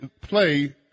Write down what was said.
play